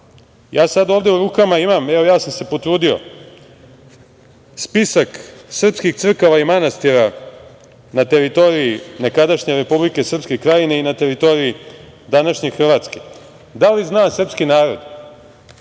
sada ovde u rukama imam, potrudio sam se, spisak srpskih crkava i manastira na teritoriji nekadašnje Republike Srpske Krajine i na teritoriji današnje Hrvatske. Da li zna srpski narod